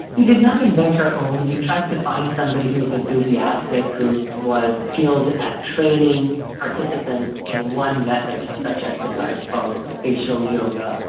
we did not invent our own, we tried to find somebody who was enthusiastic, who was skilled at training participants in one method of such exercise called facial yoga.